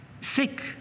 sick